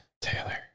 Taylor